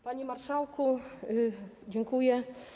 Panie marszałku, dziękuję.